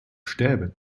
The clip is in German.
stäbe